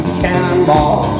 cannonball